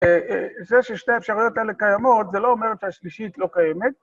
זה ששתי האפשרויות האלה קיימות, זה לא אומר שהשלישית לא קיימת